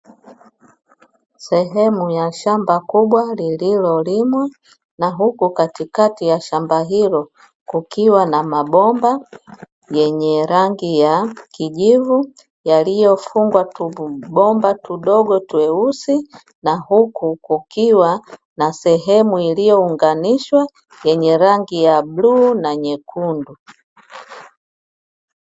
Sehemu ya shamba kubwa lililolimwa na huku katikati ya shamba hilo kukiwa na mabomba yenye rangi ya kijivu yaliyofungwa tubomba tudogo tweusi na hku kukiwa na sehemu iliyounganishwa yenye rangi ya bluu na nyekundu.